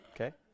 Okay